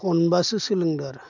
खनबासो सोलोंदो आरो